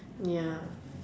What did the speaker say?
ya